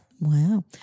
Wow